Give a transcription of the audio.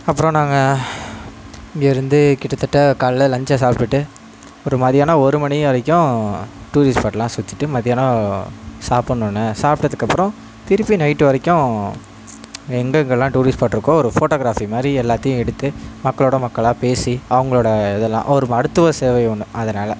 அப்புறம் நாங்கள் இங்கேருந்து கிட்டத்தட்ட காலைல லஞ்ச்சை சாப்பிட்டுட்டு அப்புறம் மத்தியானம் ஒரு மணி வரைக்கும் டூரிஸ்ட் ஸ்பாட்லாம் சுற்றிட்டு மத்தியானம் சாப்புட்ணுணே சாப்பிட்டதுக்கப்பறம் திருப்பி நைட் வரைக்கும் எங்கெங்கலாம் டூரிஸ்ட் ஸ்பாட் இருக்கோ ஒரு ஃபோட்டோக்ராஃபி மாதிரி எல்லாத்தையும் எடுத்து மக்களோடு மக்களாக பேசி அவங்களோட இதெல்லாம் ஒரு மருத்துவ சேவை ஒன்று அதனால்